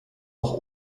noch